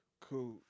Cool